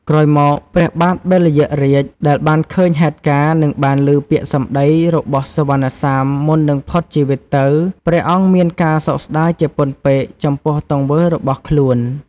ក្រោយមក ព្រះបាទបិលយក្សរាជ ដែលបានឃើញហេតុការណ៍ និងបានឮពាក្យសម្ដីរបស់សុវណ្ណសាមមុននិងផុតជីវិតទៅ ព្រះអង្គមានការសោកស្ដាយជាពន់ពេកចំពោះទង្វើរបស់ខ្លួន។